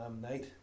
night